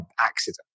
accident